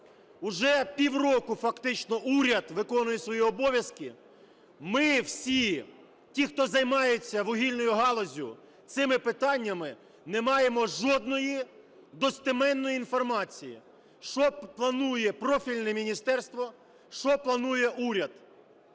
Уже півроку, фактично, уряд виконує свої обов'язки, ми всі, ті, хто займається вугільною галуззю цими питаннями, не маємо жодної достеменної інформації, що планує профільне міністерство, що планує уряд.